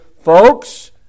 folks